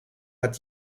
hat